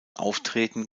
auftreten